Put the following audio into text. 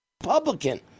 Republican